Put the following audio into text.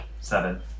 Seven